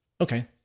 Okay